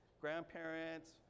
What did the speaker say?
grandparents